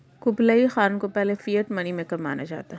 Kublai Khan को पहले fiat money maker माना जाता है